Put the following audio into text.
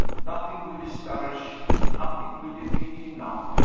nothing will discourage, nothing will defeat him now.